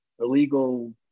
illegal